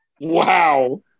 Wow